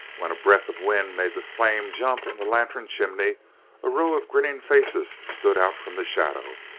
when a breath of wind made the flame jump in the lantern chimney a row of grinning faces stood out from the shadow.